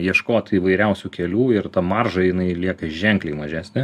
ieškot įvairiausių kelių ir ta marža jinai lieka ženkliai mažesnė